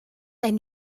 ein